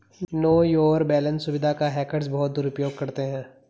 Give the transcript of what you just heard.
no your balance सुविधा का hackers बहुत दुरुपयोग करते हैं